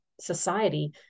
society